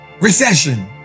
recession